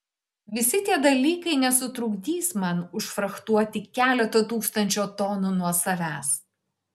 visi tie dalykai nesutrukdys man užfrachtuoti keleto tūkstančio tonų nuo savęs